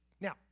Now